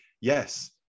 yes